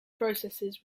processes